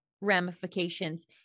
ramifications